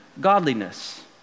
godliness